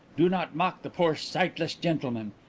do not mock the poor sightless gentleman,